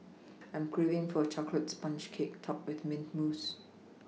I'm craving for a chocolate sponge cake topped with mint mousse